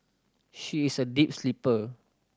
she is a deep sleeper